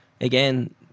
again